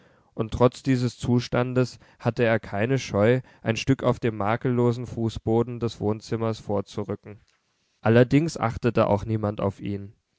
und trotz dieses zustandes hatte er keine scheu ein stück auf dem makellosen fußboden des wohnzimmers vorzurücken allerdings achtete auch niemand auf ihn